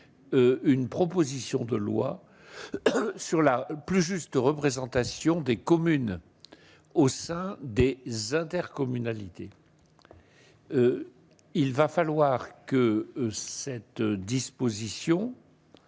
une proposition de loi sur la plus juste représentation des communes au sein des intercommunalités, il va falloir que cette disposition